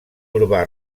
urbà